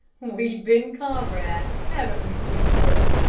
we've been comrades, haven't we, fleetfoot?